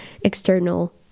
external